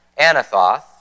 Anathoth